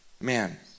man